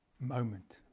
moment